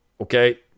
okay